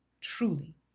Truly